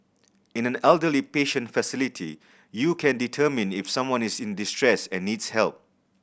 in an elderly patient facility you can determine if someone is in distress and needs help